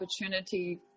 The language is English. opportunity